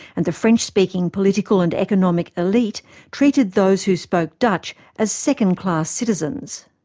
and the french-speaking political and economic elite treated those who spoke dutch as second class citizens.